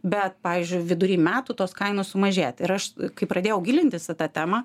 bet pavyzdžiui vidury metų tos kainos sumažėti ir aš kai pradėjau gilintis į tą temą